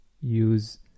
use